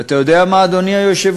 ואתה יודע מה, אדוני היושב-ראש?